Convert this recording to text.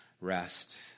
rest